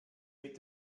mit